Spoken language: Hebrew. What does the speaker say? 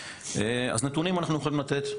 נתונים אנחנו יכולים לתת.